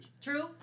True